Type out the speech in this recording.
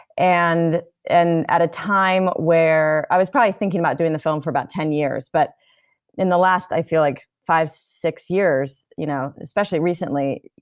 and and at a time i where i was probably thinking about doing the film for about ten years, but in the last i feel like five, six years, you know especially recently,